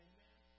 Amen